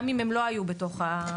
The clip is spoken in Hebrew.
גם אם הם לא היו בתוך המכרז.